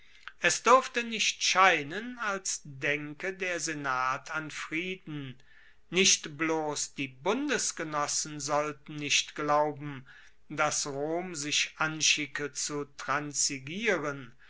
es durfte nicht scheinen als denke der senat an frieden nicht bloss die bundesgenossen sollten nicht glauben dass rom sich anschicke zu transigieren